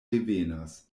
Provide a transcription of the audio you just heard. revenas